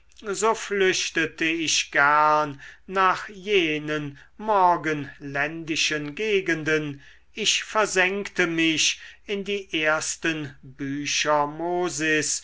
so flüchtete ich gern nach jenen morgenländischen gegenden ich versenkte mich in die ersten bücher mosis